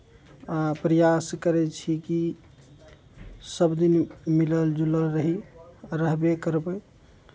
आ प्रयास करैत छी कि सभ दिन मिलल जुलल रही रहबे करबै